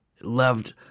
loved